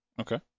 Okay